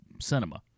cinema